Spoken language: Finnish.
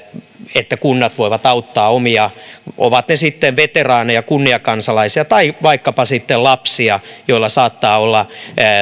jotta kunnat voivat auttaa omia asukkaitaan ovat ne sitten veteraaneja kunniakansalaisia tai vaikkapa sitten lapsia joilla saattaa olla